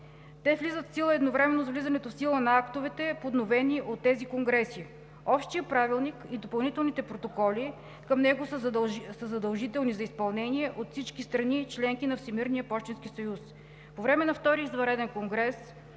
Те влизат в сила едновременно с влизането в сила на актовете, подновени от тези конгреси. Общият правилник и допълнителните протоколи към него са задължителни за изпълнение от всички страни – членки на Всемирния пощенски съюз. По време на Втория извънреден конгрес